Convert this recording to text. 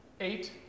eight